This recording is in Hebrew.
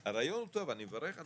הרעיון הוא טוב, אני מברך עליו.